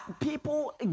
People